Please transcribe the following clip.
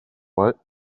what